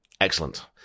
Excellent